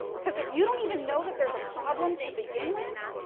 because, if you don't even know that there's a problem to begin with,